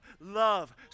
Love